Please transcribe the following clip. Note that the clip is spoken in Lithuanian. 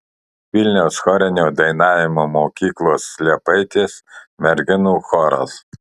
vilniaus chorinio dainavimo mokyklos liepaitės merginų choras